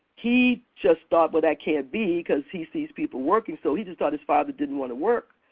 he just thought but that can't be cause he sees people working so he just thought his father didn't want to work.